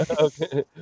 Okay